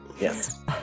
yes